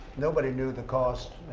nobody knew the cost.